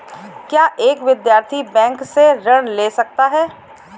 क्या एक विद्यार्थी बैंक से ऋण ले सकता है?